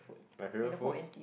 my favourite food